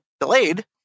delayed